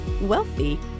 wealthy